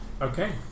Okay